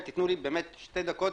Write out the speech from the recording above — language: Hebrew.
אם תתנו לי שתי דקות,